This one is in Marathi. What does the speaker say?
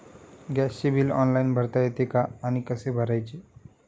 गॅसचे बिल ऑनलाइन भरता येते का आणि कसे भरायचे?